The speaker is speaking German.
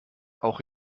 auch